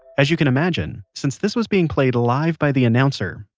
as you can imagine, since this was being played live by the announcer,